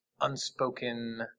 unspoken